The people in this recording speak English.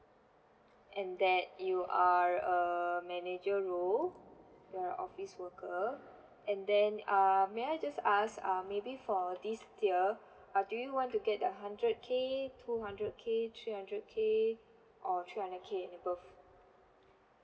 and that you are a manager role you're office worker and then um may I just ask um maybe for this tier uh do you want to get the hundred K two hundred K three hundred K or three hundred K and above